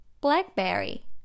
Blackberry